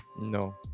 No